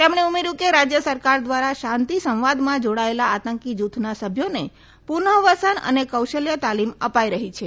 તેમણે ઉમેર્યું કે રાજ્ય સરકાર દ્વારા શાંતિ સંવાદમાં જોડાયેલા આતંકી જૂથના સભ્યોને પુનઃવસન અને કૌશલ્ય તાલીમ અપાઇ રહી છે